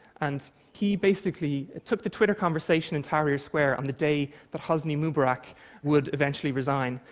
and he basically took the twitter conversation in tahrir square on the day that hosni mubarak would eventually resign,